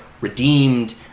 redeemed